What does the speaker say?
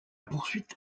poursuite